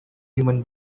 human